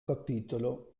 capitolo